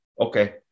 okay